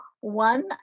One